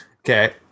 Okay